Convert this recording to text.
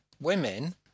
women